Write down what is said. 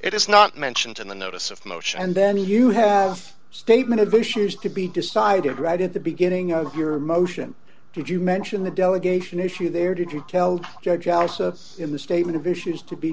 it is not mentioned in the notice of motion and then you have statement of issues to be decided right at the beginning of your motion did you mention the delegation issue there did you tell the judge also in the statement of issues to be